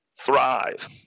thrive